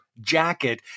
jacket